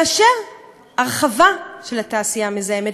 מאשר הרחבה של התעשייה המזהמת.